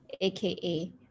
aka